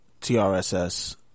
TRSS